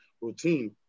routine